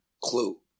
clue